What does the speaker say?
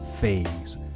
phase